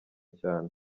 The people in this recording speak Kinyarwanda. cyane